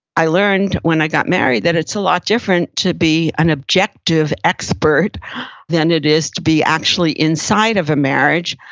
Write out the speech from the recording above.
i learned when i got married, that it's a lot different to be an objective expert than it is to be actually inside of a marriage.